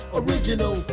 original